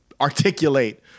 articulate